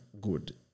good